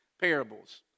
parables